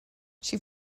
she